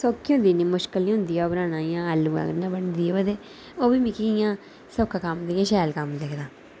सौखी होंदी इन्नी मुश्किल नीं होंदी ओह् बनाना इ'यां आलू कन्नै बनदी ओह् ते ओह् बी मिगी इ'यां ओह् सऔका कम्म इ'यां शैल कम्म लगदा